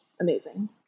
amazing